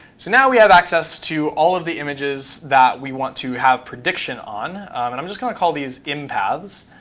so now we have access to all of the images that we want to have prediction on. and i'm just going to call these im paths